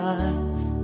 eyes